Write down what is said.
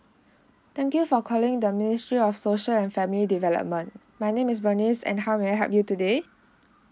thank you for calling the ministry of social and family development my name is bernice and how may I help you today